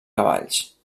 cavalls